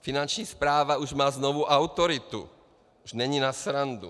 Finanční správa už má znovu autoritu, už není pro srandu.